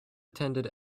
attended